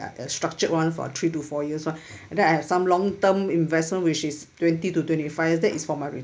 structured [one] for three to four years [one] and then I have some long-term investment which is twenty to twenty five that is for my retirement